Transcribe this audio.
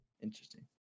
Interesting